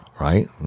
right